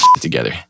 together